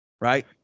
right